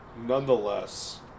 nonetheless